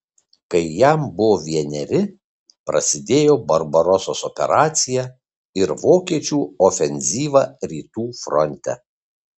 kai jam buvo vieneri prasidėjo barbarosos operacija ir vokiečių ofenzyva rytų fronte